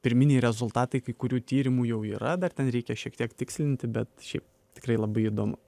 pirminiai rezultatai kai kurių tyrimų jau yra dar ten reikia šiek tiek tikslinti bet šiaip tikrai labai įdomu